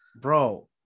bro